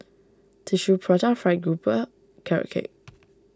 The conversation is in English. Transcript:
Tissue Prata Fried Grouper Carrot Cake